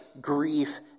grief